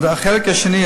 החלק השני,